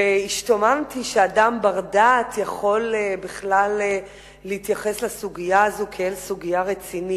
והשתוממתי שאדם בר-דעת יכול בכלל להתייחס לסוגיה הזאת כאל סוגיה רצינית.